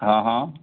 હા હા